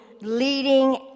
leading